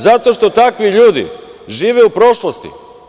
Zato što takvi ljudi žive u prošlosti.